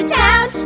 town